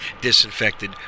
disinfected